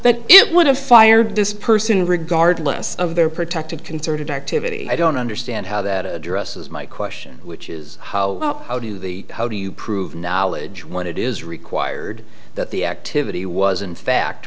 that it would have fired this person regardless of their protected concerted activity i don't understand how that addresses my question which is how do the how do you prove knowledge when it is required that the activity was in fact